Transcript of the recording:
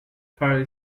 farley